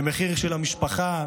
מחיר של המשפחה,